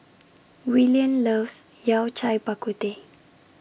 Willian loves Yao Cai Bak Kut Teh